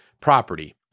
property